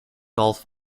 golf